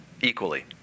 equally